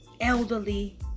elderly